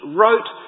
wrote